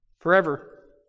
forever